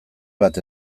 bat